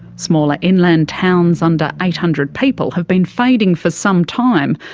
smaller inland towns under eight hundred people have been fading for some time,